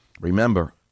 Remember